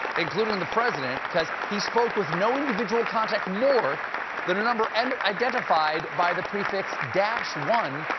including the president because he spoke with no individual contact more than a number and identified by the prefix dash one,